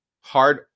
hard